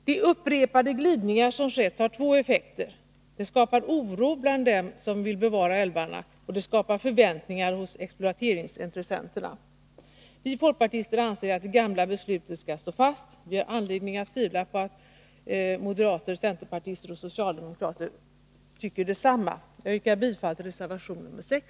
De upprepade glidningar som skett har två effekter: Det skapar oro bland dem som vill bevara älvarna, och det skapar förväntningar hos exploateringsintressenterna! Vi folkpartister anser att det gamla beslutet skall stå fast. Vi har anledning att tvivla på att moderater, centerpartister och socialdemokrater tycker detsamma! Jag yrkar bifall till reservation nr 6.